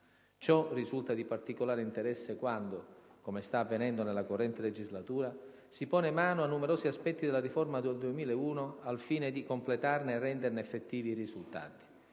Ciò risulta di particolare interesse quando, come sta avvenendo nella corrente legislatura, si pone mano a numerosi aspetti della riforma del 2001, al fine di completarne e renderne effettivi i risultati: